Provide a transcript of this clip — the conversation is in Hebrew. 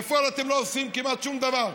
בפועל אתם לא עושים כמעט שום דבר.